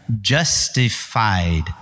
justified